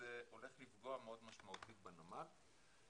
שזה הולך לפגוע מאוד משמעותית בנמל ובמקביל